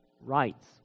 rights